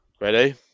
Ready